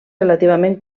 relativament